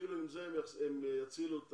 כאילו עם זה הם יצילו את